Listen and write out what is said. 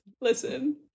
listen